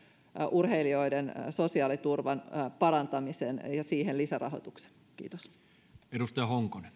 urheilijoiden sosiaaliturvan parantamisen ja siihen lisärahoituksen kiitos arvoisa